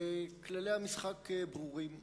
וכללי המשחק ברורים.